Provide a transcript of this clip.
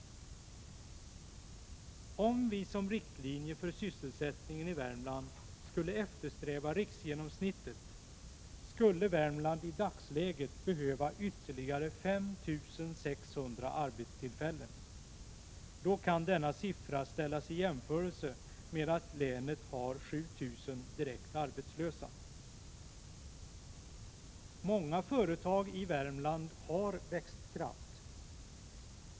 Om vi som riktlinje för sysselsättningen i Värmland skulle eftersträva riksgenomsnittet, skulle Värmland i dagsläget behöva ytterligare 5 600 arbetstillfällen. Denna siffra kan ställas i jämförelse med att länet har 7 000 direkt arbetslösa. Många företag i Värmland har växtkraft.